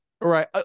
Right